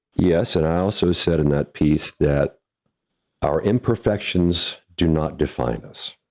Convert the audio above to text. yes. and i also said in that piece that our imperfections do not define us,